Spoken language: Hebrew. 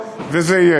את הסיום זה אסון,